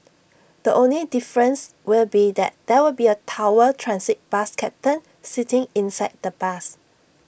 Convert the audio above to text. the only difference will be that there will be A tower transit bus captain sitting inside the bus